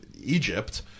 Egypt